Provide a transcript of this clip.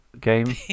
game